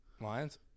Lions